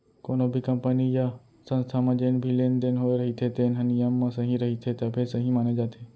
कोनो भी कंपनी य संस्था म जेन भी लेन देन होए रहिथे तेन ह नियम म सही रहिथे तभे सहीं माने जाथे